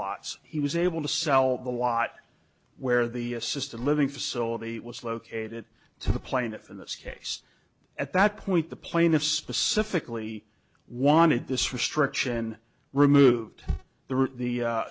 lots he was able to sell the lot where the assisted living facility was located to the plaintiff in this case at that point the plaintiff specifically wanted this restriction removed the the